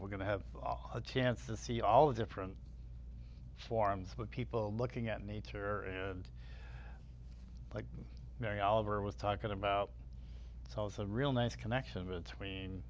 we're going to have a chance to see all the different forms of people looking at nature and like mary oliver was talking about so it's a real nice connection between